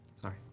Sorry